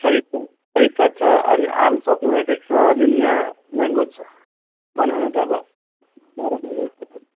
सरिफा सरिफा छ अनि आँप सकिनआँटेको छ अनि यहाँ मेङ्गो छ बनाना त अब बाह्र महिनै